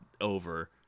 over